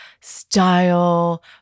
style